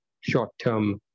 short-term